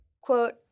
Quote